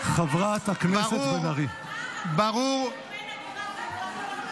ברור --- אבל מה הקשר בין הקרב בווטרלו לוועדת חקירה?